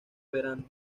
verano